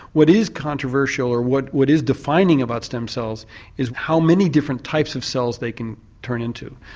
what is controversial or what what is defining about stem cells is how many different types of cells they can turn into.